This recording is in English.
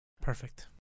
Perfect